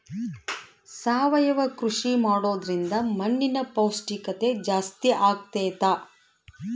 ಸಾವಯವ ಕೃಷಿ ಮಾಡೋದ್ರಿಂದ ಮಣ್ಣಿನ ಪೌಷ್ಠಿಕತೆ ಜಾಸ್ತಿ ಆಗ್ತೈತಾ?